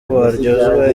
baryozwa